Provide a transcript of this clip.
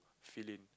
fill in